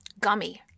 Gummy